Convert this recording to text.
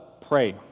pray